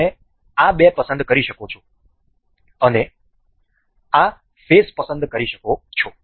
તમે આ બે પસંદ કરી શકો છો અને આ ફેસ પસંદ કરી શકો છો